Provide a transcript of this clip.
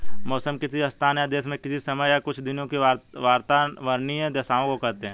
मौसम किसी स्थान या देश में किसी समय या कुछ दिनों की वातावार्नीय दशाओं को कहते हैं